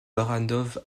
barrandov